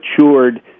matured